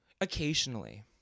occasionally